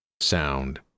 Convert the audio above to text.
sound